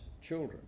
children